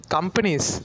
Companies